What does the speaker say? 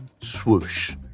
swoosh